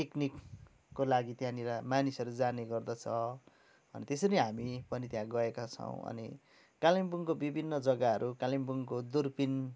पिकनिकको लागि त्यहाँनिर मानिसहरू जाने गर्दछ अनि त्यसरी नै हामी पनि त्यहाँ गएका छौँ अनि कालिम्पोङको विभिन्न जग्गाहरू कालिम्पोङको दुर्पिन